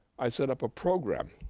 i set up a program